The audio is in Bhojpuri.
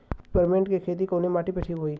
पिपरमेंट के खेती कवने माटी पे ठीक होई?